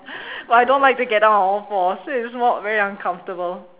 but I don't like to get down on all fours so it's not very uncomfortable